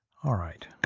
all right,